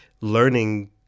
learning